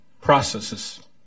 processes